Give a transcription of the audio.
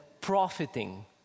profiting